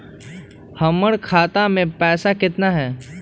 हमर खाता मे पैसा केतना है?